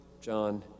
John